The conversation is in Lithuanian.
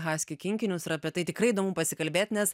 haskių kinkinius ir apie tai tikrai įdomu pasikalbėt nes